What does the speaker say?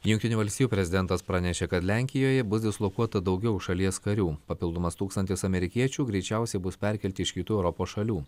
jungtinių valstijų prezidentas pranešė kad lenkijoje bus dislokuota daugiau šalies karių papildomas tūkstantis amerikiečių greičiausiai bus perkelti iš kitų europos šalių